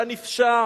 והנפשע